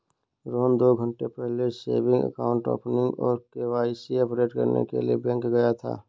रोहन दो घन्टे पहले सेविंग अकाउंट ओपनिंग और के.वाई.सी अपडेट करने के लिए बैंक गया था